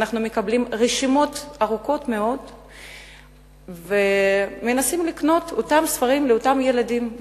אנחנו מקבלים רשימות ארוכות מאוד ומנסים לקנות את אותם ספרים לילדים,